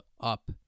up